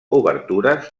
obertures